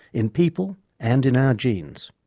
in people and in our genes.